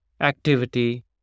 activity